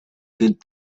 good